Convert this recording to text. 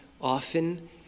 often